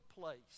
place